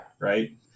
Right